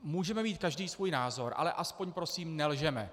Můžeme mít každý svůj názor, ale aspoň prosím nelžeme.